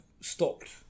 stopped